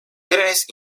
trenes